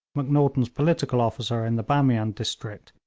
macnaghten's political officer in the bamian district,